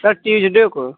sir Tuesday को